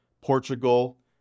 Portugal